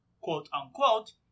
quote-unquote